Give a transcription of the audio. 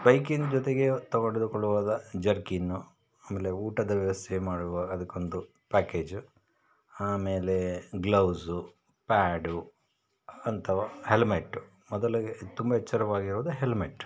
ಬೈಕಿನ ಜೊತೆಗೆ ತೊಗೊಂಡಿರೊ ಕೊಳ್ಳುವಾಗ ಜರ್ಕಿನ್ನು ಆಮೇಲೆ ಊಟದ ವ್ಯವಸ್ಥೆ ಮಾಡುವಾಗ ಅದಕ್ಕೊಂದು ಪ್ಯಾಕೇಜು ಆಮೇಲೆ ಗ್ಲೌಸು ಪ್ಯಾಡು ಅಂಥವು ಹೆಲ್ಮೆಟ್ಟು ಮೊದಲಿಗೆ ತುಂಬ ಎಚ್ಚರವಾಗಿರೋದು ಹೆಲ್ಮೆಟ್